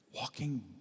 Walking